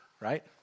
Right